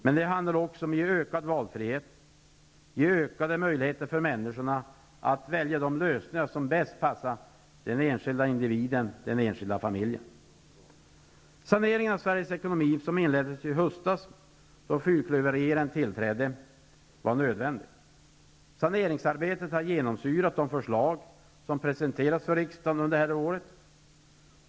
Men det handlar också om att ge ökad valfrihet, att ge människorna ökade möjligheter att välja de lösningar som bäst passar den enskilda individen och den enskilda familjen. Saneringen av Sveriges ekonomi, som inleddes i höstas då fyrklöverregeringen tillträdde, var nödvändig. Saneringsarbetet har genomsyrat de förslag som presenterats för riksdagen under året.